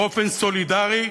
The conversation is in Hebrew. באופן סולידרי,